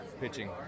pitching